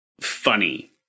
funny